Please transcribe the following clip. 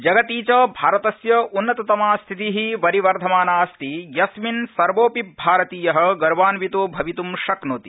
जगति च भारतस्य उन्नततमा स्थिति वरिवर्धमाना अस्ति यस्मिन् सर्वोऽपिभारतीय गर्वान्वितो भवित् शक्नोति